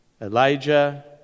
Elijah